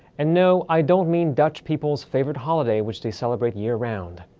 and no i don't mean dutch people's favourite holiday which they celebrate year round.